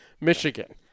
Michigan